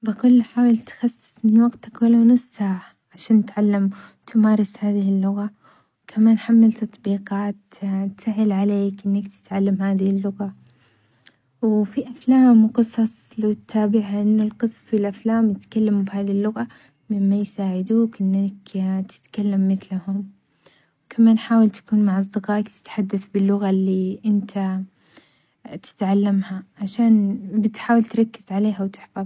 بقول له حاول تخصص من وقتك ولو نص ساعة عشان تتعلم وتمارس هذه اللغة، وكمان حمل تطبيقات تسهل عليك إنك تتعلم هذه اللغة، وفي أفلام وقصص لو تتابعها إنه القصص والأفلام يتكلموا بهذي اللغة مما يساعدوك أنك تتكلم مثلهم، وكمان حاول تكون مع أصدقائك تتحدث باللغة اللي أنت تتعلمها عشان بتحاول تركز عليها وتحفظها.